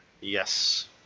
Yes